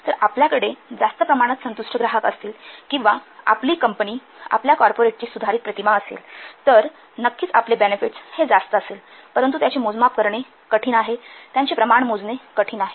तर आपल्याकडे जास्त प्रमाणात संतुष्ट ग्राहक असतील किंवा आपली कंपनी आपल्या कॉर्पोरेटची सुधारित प्रतिमा असेल तर नक्कीच आपले बेनेफिट्स हे जास्त असेल परंतु त्यांचे मोजमाप करणे कठीण आहे त्यांचे प्रमाण मोजणे कठिण आहे